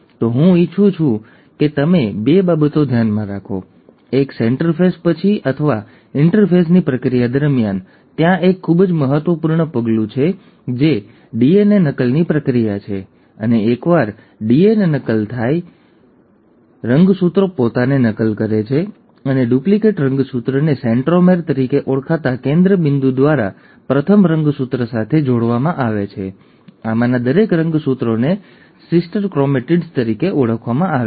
તો હું ઇચ્છું છું કે તમે બે બાબતો ધ્યાનમાં રાખો એક ઇન્ટરફેઝ પછી અથવા ઇન્ટરફેઝની પ્રક્રિયા દરમિયાન ત્યાં એક ખૂબ જ મહત્વપૂર્ણ પગલું છે જે ડીએનએ નકલની પ્રક્રિયા છે અને એકવાર ડીએનએ નકલ થાય છે અને એકવાર ડીએનએ નકલ થાય છે રંગસૂત્રો પોતાને નકલ કરે છે અને ડુપ્લિકેટ રંગસૂત્રને સેન્ટ્રોમેર તરીકે ઓળખાતા કેન્દ્ર બિંદુ દ્વારા પ્રથમ રંગસૂત્ર સાથે જોડવામાં આવે છે અને આમાંના દરેક રંગસૂત્રોને બહેન ક્રોમેટિડ્સ તરીકે ઓળખવામાં આવે છે